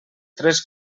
tres